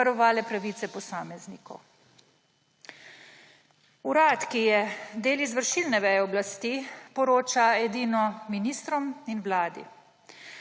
in varovale pravice posameznikov. Urad, ki je del izvršilne veje oblasti, poroča edino ministrom in Vladi.